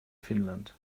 finnland